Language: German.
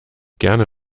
gerne